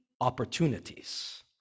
opportunities